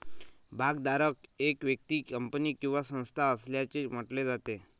भागधारक एक व्यक्ती, कंपनी किंवा संस्था असल्याचे म्हटले जाते